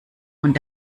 und